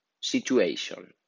situation